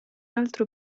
altro